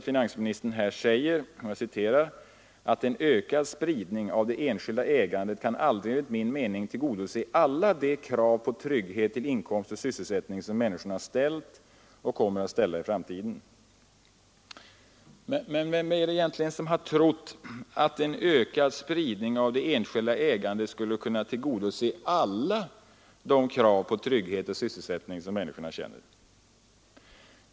Finansministern säger att en ”ökad spridning av det enskilda ägandet kan aldrig enligt min mening tillgodose alla de krav på trygghet till inkomst och sysselsättning som människorna har ställt och kommer att ställa i framtiden”. Men vem har egentligen trott att man med en ökad spridning av det enskilda ägandet skulle kunna tillgodose alla de krav på trygghet och sysselsättning som människorna ställer.